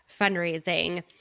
fundraising